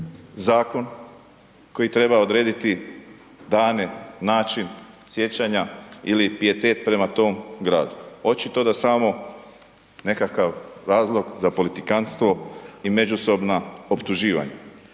Zakon koji treba odrediti dane, način, sjećanja ili pijetet prema tom Gradu. Očito da samo nekakav razlog za politikantstvo i međusobna optuživanja.